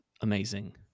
amazing